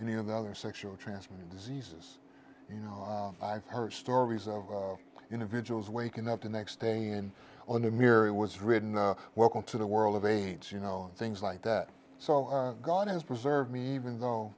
any of the other sexually transmitted diseases you know i've heard stories of individuals waking up the next day and when the mirror was written welcome to the world of aids you know things like that so god has preserved me even though